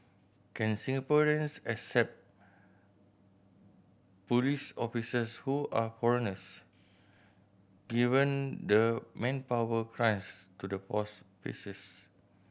can Singaporeans accept police officers who are foreigners given the manpower crunch to the force faces